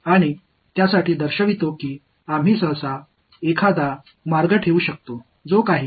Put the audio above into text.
அதற்கான குறியீடாக நாம் பொதுவாக சில சின்னங்களால் குறிக்கப்படும் ஒரு பாதையை வைக்கலாம்